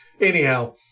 Anyhow